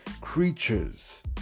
creatures